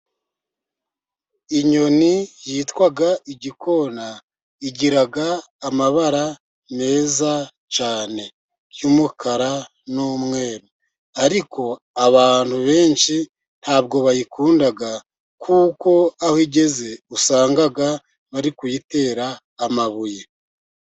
Inyoni yitwa igikona igira amabara meza cyane y'umukara n'umweru, ariko abantu benshi ntabwo bayikunda kuko aho igeze usanga bari kuyitera amabuye.